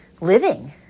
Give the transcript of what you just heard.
living